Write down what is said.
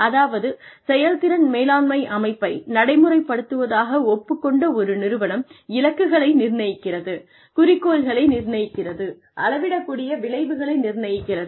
அதாவது செயல்திறன் மேலாண்மை அமைப்பை நடைமுறைப்படுத்துவதாக ஒப்புக் கொண்ட ஒரு நிறுவனம் இலக்குகளை நிர்ணயிக்கிறது குறிக்கோள்களை நிர்ணயிக்கிறது அளவிடக்கூடிய விளைவுகளை நிர்ணயிக்கிறது